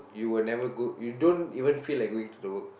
you will never go you don't even feel like going to the work